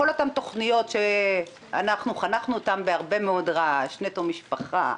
כל אותן תכניות שאנחנו חנכנו אותן בהרבה מאוד רעש נטו משפחה,